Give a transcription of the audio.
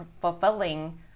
fulfilling